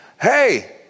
hey